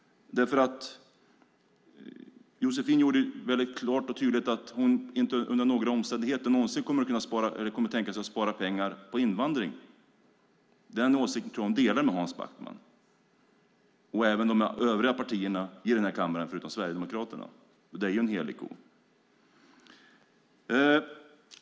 Josefin gjorde det väldigt klart och tydligt att hon inte under några omständigheter någonsin kommer att kunna tänka sig att spara pengar på invandring. Det är en åsikt som jag tror att hon delar med Hans Backman och även med de övriga partierna i den här kammaren, förutom Sverigedemokraterna. Det är ju en helig ko.